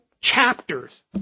chapters